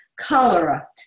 cholera